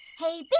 hey, but